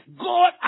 God